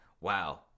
wow